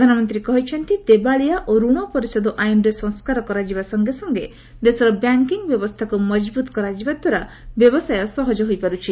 ପ୍ରଧାନମନ୍ତ୍ରୀ କହିଛନ୍ତି ଦେବାଳିଆ ଓ ଋଣ ପରିଶୋଧ ଆଇନରେ ସଂସ୍କାର କରାଯିବା ସଙ୍ଗେ ସଙ୍ଗେ ଦେଶର ବ୍ୟାଙ୍କିଙ୍ଗ୍ ବ୍ୟବସ୍ଥାକୁ ମଜବୁତ୍ କରାଯିବାଦ୍ୱାରା ବ୍ୟବସାୟ ସହଜ ହୋଇପାରୁଛି